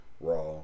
Raw